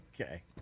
Okay